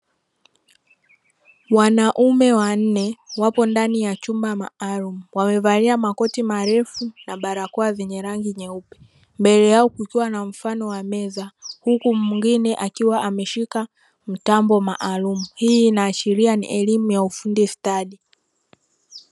Wanaume wanne wapo ndani ya chumba maalumu wamevalia makoti marefu na barakoa zenye rangi nyeupe, mbele yao kukiwa na mfano wa meza huku mwingine akiwa ameshika mtambo maalumu. Hii inaashiria ni elimu ya ufundi stadi.